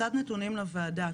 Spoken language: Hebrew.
קצת נתונים לוועדה,